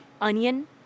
onion